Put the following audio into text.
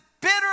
bitter